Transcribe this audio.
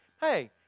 hey